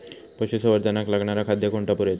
पशुसंवर्धनाक लागणारा खादय कोण पुरयता?